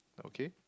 okay